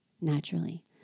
naturally